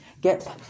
Get